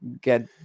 get